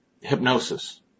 hypnosis